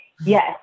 Yes